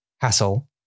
hassle